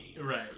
Right